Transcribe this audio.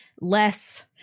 less